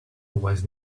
was